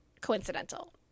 coincidental